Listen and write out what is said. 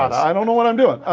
i don't know what i'm doing.